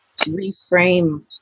reframe